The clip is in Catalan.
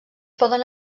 poden